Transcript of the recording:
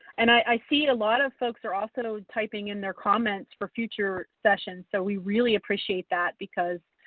and i see a lot of folks are also typing in their comments for future sessions so we really appreciate that because